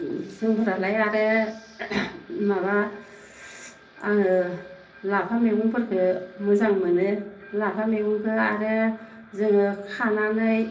जोंफोरालाय आरो माबा आङो लाफा मैगंफोरखौ मोजां मोनो लाफा मैगंखो आरो जोङो खानानै